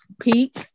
peak